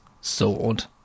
sword